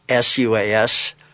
SUAS